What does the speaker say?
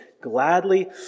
gladly